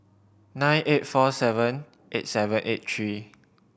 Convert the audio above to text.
nine eight four seven eight seven eight three